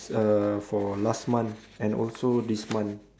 uh for last month and also this month